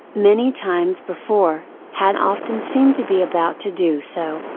many times before, had often seemed to be about to do so,